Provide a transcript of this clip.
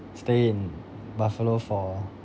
stay in buffalo for